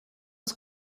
ist